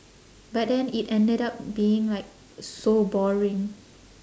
but then it ended up being like so boring